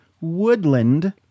woodland